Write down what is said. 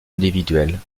individuelle